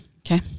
Okay